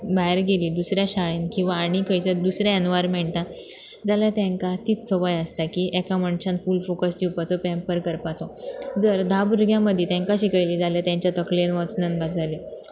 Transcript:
भायर गेलीं दुसऱ्या शाळेन किंवां आनी खंयच्यार दुसऱ्या एनवायरमेंटान जाल्यार तेंकां तीच सवाय आसता की एका मनशान फूल फॉकस दिवपाचो पेंम्पर करपाचो जर धा भुरग्यां मदी तांकां शिकयली जाल्यार तेंच्या तकलेन वचनान गजाले